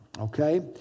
Okay